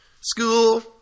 school